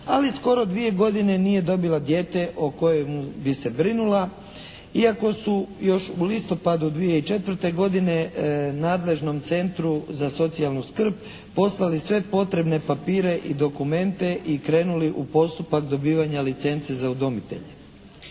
ali skoro dvije godine nije dobila dijete o kojem bi se brinula iako su još u listopadu 2004. godine nadležnom centru za socijalnu skrb poslali sve potrebne papire i dokumente i krenuli u postupak dobivanja licence za udomitelje.